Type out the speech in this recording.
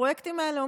והפרויקטים האלה,